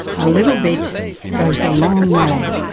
a little bit goes a long way,